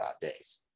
days